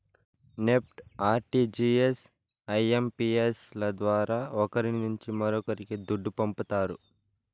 NEFT, RTGS, IMPS ల ద్వారా ఒకరి నుంచి మరొక్కరికి దుడ్డు పంపతారు